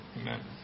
amen